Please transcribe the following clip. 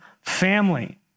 family